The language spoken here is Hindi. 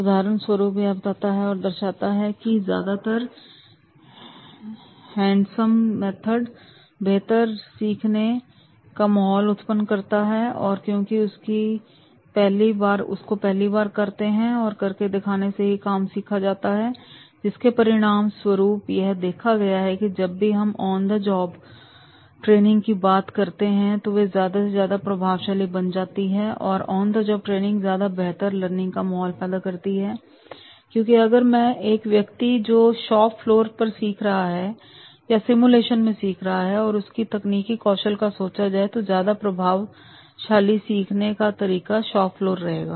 उदाहरण स्वरुप यह बताता है और दर्शाता है कि ज्यादातर हैंडसम मेथड बेहतर सीखने का माहौल उत्पन्न करते हैं क्योंकि दे उसको पहली बार करते हैं और करके देखने से ही काम सीखा जाता है जिसके परिणाम स्वरूप यह देखा गया है कि जब से हम ऑन द जॉब ट्रेनिंग की बात करें तो वे ज्यादा से ज्यादा प्रभावशाली बन गई हैं और ऑन द जॉब ट्रेनिंग ज्यादा बेहतर लर्निंग का माहौल पैदा करती हैं क्योंकि अगर मैं एक व्यक्ति जो शॉप फ्लोर पर सीख रहा है या सिमुलेशन में सीख रहा है तो उसकी तकनीकी कौशल का सोचा जाए तो ज्यादा प्रभावशाली सीखने का तरीका शॉप फ्लोर रहेगा